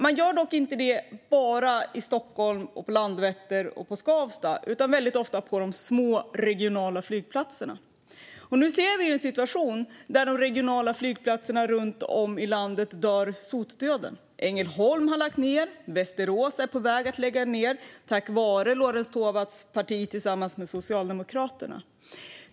Man gör dock inte detta bara i Stockholm, på Landvetter och i Skavsta, utan man gör det ofta på de små, regionala flygplatserna. Nu ser vi en situation där de regionala flygplatserna runt om i landet dör sotdöden. Ängelholm har lagt ned, och Västerås är på väg att lägga ned, tack vare Lorentz Tovatts parti tillsammans med Socialdemokraterna.